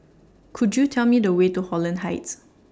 Could YOU Tell Me The Way to Holland Heights